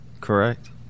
correct